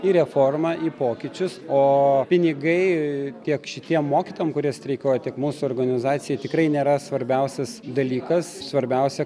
į reformą į pokyčius o pinigai tiek šitiem mokytojam kurie streikuoja tik mūsų organizacija tikrai nėra svarbiausias dalykas svarbiausia